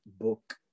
book